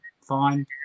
fine